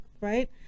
right